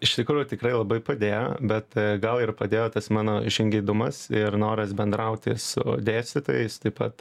iš tikrųjų tikrai labai padėjo bet gal ir padėjo tas mano žingeidumas ir noras bendrauti su dėstytojais taip pat